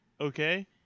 okay